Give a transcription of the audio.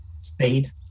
stayed